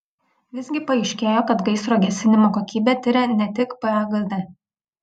visgi paaiškėjo kad gaisro gesinimo kokybę tiria ne tik pagd